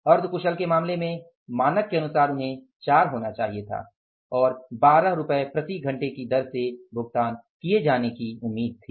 अर्ध कुशल के मामले में मानक के अनुसार उन्हें 4 होना चाहिए था और 12 प्रति घंटे की दर से भुगतान किए जाने की उम्मीद थी